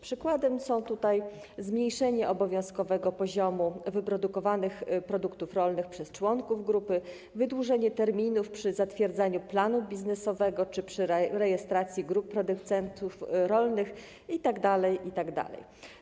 Przykładami są tutaj zmniejszenie obowiązkowego poziomu wyprodukowanych produktów rolnych przez członków grupy, wydłużenie terminów przy zatwierdzaniu planu biznesowego czy przy rejestracji grup producentów rolnych itd., itd.